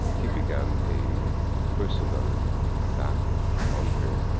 he began a personal attack on her.